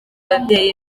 ababyeyi